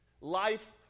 Life